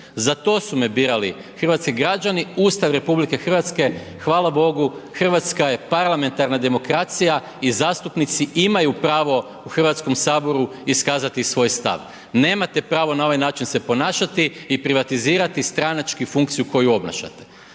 za to su me birali hrvatski građani. Ustav RH hvala bogu, Hrvatska je parlamentarna demokracija i zastupnici imaju pravo u Hrvatskom saboru iskazati svoj stav, nemate pravo na ovaj način se ponašati i privatizirati stranačku funkciju koju obnašate.